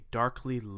darkly